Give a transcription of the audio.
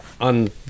on